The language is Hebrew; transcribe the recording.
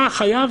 אתה חייב